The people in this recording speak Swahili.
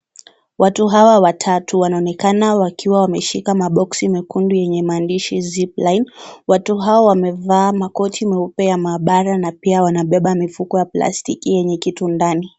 Watu Hawa watu wanaonekana wakiwa wameshika maboksi Mekundu yenye maandishi Zipline . Watu hao wamevaa Makoti meupe ya mahabara na pia wanabeba mifuko ya plastiki yenye kitu ndani.